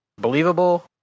believable